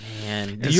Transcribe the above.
man